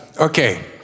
Okay